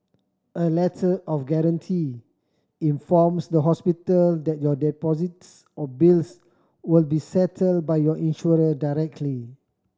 a Letter of Guarantee informs the hospital that your deposits or bills will be settled by your insurer directly